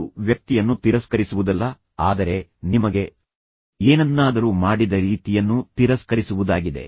ಅದು ವ್ಯಕ್ತಿಯನ್ನು ತಿರಸ್ಕರಿಸುವುದಲ್ಲ ಆದರೆ ನಿಮಗೆ ಏನನ್ನಾದರೂ ಮಾಡಿದ ರೀತಿಯನ್ನು ತಿರಸ್ಕರಿಸುವುದಾಗಿದೆ